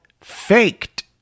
Faked